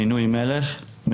מינוי מלך, ...